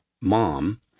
mom